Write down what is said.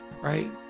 right